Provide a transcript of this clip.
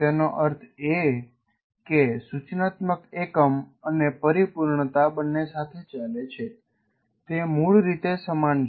તેનો અર્થ એ કે સૂચનાત્મક એકમ અને પરિપૂર્ણતા બને સાથે ચાલે છે તે મૂળરીતે સમાન છે